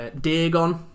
Dagon